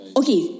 okay